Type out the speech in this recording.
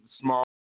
small